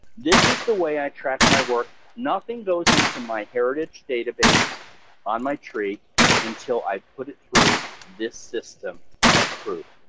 this is the way i track my work, nothing goes into myheritage database on my tree until i put it through this system ah proof.